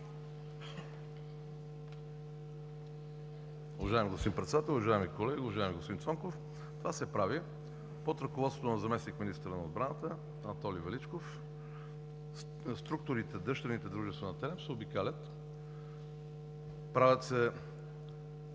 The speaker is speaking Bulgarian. Уважаеми господин Председател, уважаеми колеги! Уважаеми господин Цонков, това се прави под ръководството на заместник-министъра на отбраната Анатолий Величков. Структурите, дъщерните дружества на ТЕРЕМ се обикалят, правят се